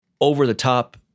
over-the-top